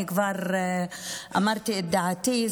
אני כבר אמרתי את דעתי.